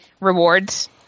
rewards